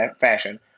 fashion